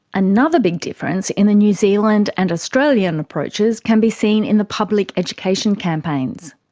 another big difference in the new zealand and australian approaches can be seen in the public education campaigns.